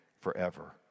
forever